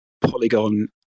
Polygon